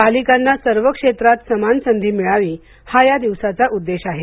बालिकांना सर्व क्षेत्रात समान संधी मिळावी हा या दिवसाचा उद्देश आहे